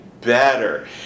better